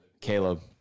Caleb